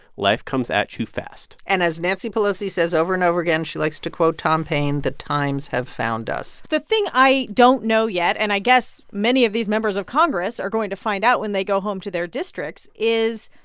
life comes at you fast and as nancy pelosi says over and over again she likes to quote tom paine the times have found us the thing i don't know yet and i guess many of these members of congress are going to find out when they go home to their districts is,